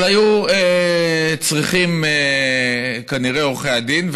אבל היו צריכים כנראה עורכי דין,